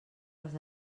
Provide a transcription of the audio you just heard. les